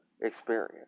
experience